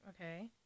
Okay